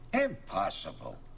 Impossible